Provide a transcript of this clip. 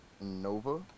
Nova